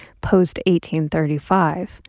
post-1835